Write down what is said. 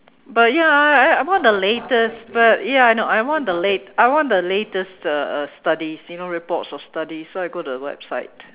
but ya I I I want the latest but ya no I want the late~ I want the latest studies you know reports or studies so I go to the website